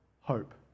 hope